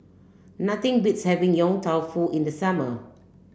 nothing beats having Yong Tau Foo in the summer